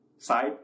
Side